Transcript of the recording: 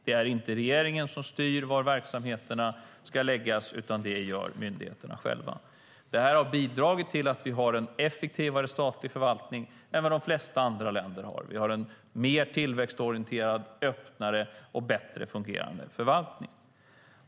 Det är inte regeringen som styr var verksamheterna ska förläggas, utan det gör myndigheterna själva. Det har bidragit till att vi har en effektivare statlig förvaltning än de flesta andra länder. Vi har en mer tillväxtorienterad, öppnare och bättre fungerande förvaltning.